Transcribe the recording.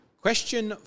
Question